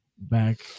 Back